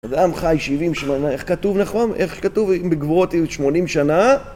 אדם חי 70 שנה, איך כתוב נכון? איך כתוב אם בגבורות אם 80 שנה?